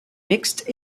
mixed